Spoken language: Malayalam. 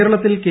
കേരളത്തിൽ കെ